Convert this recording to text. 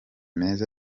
meza